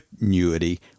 annuity